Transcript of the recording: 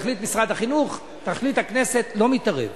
שיחליט משרד החינוך, תחליט הכנסת, לא מתערב.